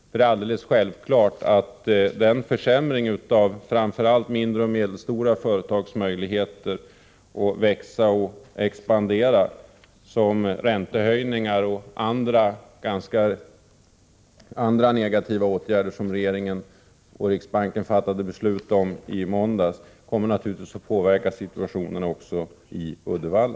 Det är alldeles självklart att den försämring av framför allt mindre och medelstora företags möjligheter att växa och expandera som blir följden av räntehöjningar och andra negativa åtgärder som regering och riksbank fattade beslut om i måndags kommer att påverka läget också i Uddevalla.